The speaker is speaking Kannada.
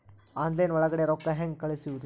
ಆನ್ಲೈನ್ ಒಳಗಡೆ ರೊಕ್ಕ ಹೆಂಗ್ ಕಳುಹಿಸುವುದು?